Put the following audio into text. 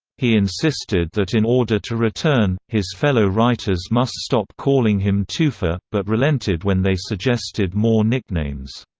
he insisted that in order to return, his fellow writers must stop calling him toofer, but relented when they suggested more nicknames.